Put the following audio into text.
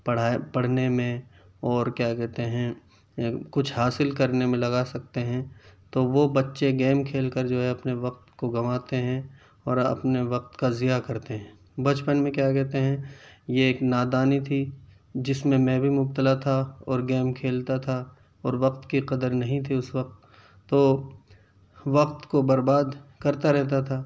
پڑھائی پڑھنے میں اور کیا کہتے ہیں کچھ حاصل کرنے میں لگا سکتے ہیں تو وہ بچے گیم کھیل کر جو ہے اپنے وقت کو گنواتے ہیں اور اپنے وقت کا زیاں کرتے ہیں بچپن میں کیا کہتے ہیں یہ ایک نادانی تھی جس میں میں بھی مبتلا تھا اور گیم کھیلتا تھا اور وقت کی قدر نہیں تھی اس وقت تو وقت کو برباد کرتا رہتا تھا